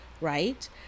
right